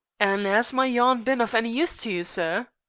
an' as my yarn bin of any use to you, sir?